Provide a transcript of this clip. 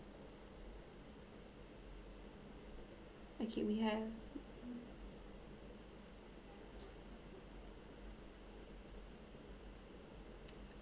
okay we have